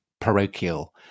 parochial